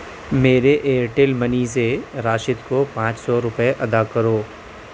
میرے Airtel money سے راشد کو پانچ سو روپئے ادا کرو